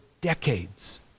decades